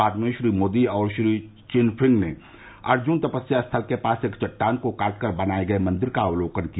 बाद में श्री नरेन्द्र मोदी और श्री पी चिनफिंग ने अर्जुन तपस्या स्थल के पास एक चट्टान को काटकर बनाये गये मंदिर का अवलोकन किया